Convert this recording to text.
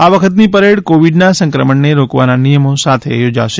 આ વખતની પરેડ કોવિડના સંક્રમણને રોકવાના નિયમો સાથે યોજાશે